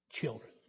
Children